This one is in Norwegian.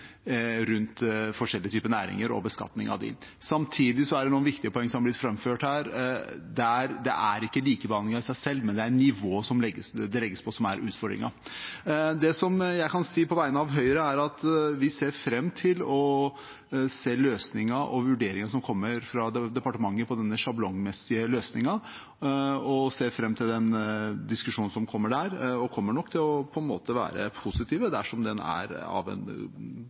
rundt forskjellige typer næringer og beskatning av dem, samtidig som det er noen viktige poeng som har blitt framført her om at det ikke er likebehandlingen i seg selv, men nivået det legges på, som er utfordringen. Det jeg kan si på vegne av Høyre, er at vi ser fram til å se løsningen og vurderingen som kommer fra departementet på denne sjablonmessige løsningen. Vi ser fram til diskusjonen som kommer der, og kommer nok til på en måte å være positive dersom den er av en